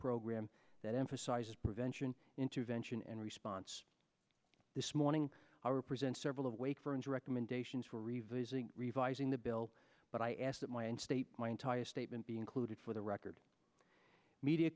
program that emphasizes prevention intervention and response this morning i represent several of wake friends recommendations for revising revising the bill but i ask that my in state my entire statement be included for the record media